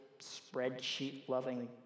spreadsheet-loving